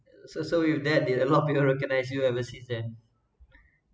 so so with that there're a lot of people recognised you ever since that